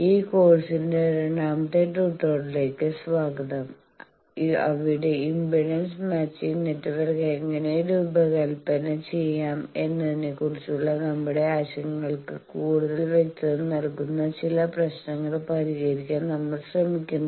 ഈ കോഴ്സിന്റെ രണ്ടാമത്തെ ട്യൂട്ടോറിയലിലേക്ക് സ്വാഗതം അവിടെ ഇംപെഡൻസ് മാച്ചിംഗ് നെറ്റ്വർക്ക് എങ്ങനെ രൂപകൽപ്പന ചെയ്യാം എന്നതിനെക്കുറിച്ചുള്ള നമ്മളുടെ ആശയങ്ങൾക്ക് കൂടുതൽ വ്യക്തത നൽകുന്ന ചില പ്രശ്നങ്ങൾ പരിഹരിക്കാൻ നമ്മൾ ശ്രമിക്കുന്നു